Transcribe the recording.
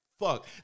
Fuck